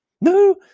No